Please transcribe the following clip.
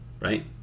Right